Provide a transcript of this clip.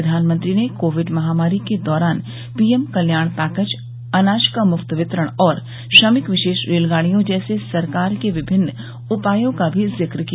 प्रधानमंत्री ने कोविड महामारी के दौरान पीएम कल्याण पैकेज अनाज का मुफ्त वितरण और श्रमिक विशेष रेलगाडियों जैसे सरकार के विभिन्न उपायों का भी जिक्र किया